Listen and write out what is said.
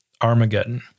Armageddon